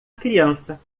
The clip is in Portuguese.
criança